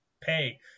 pay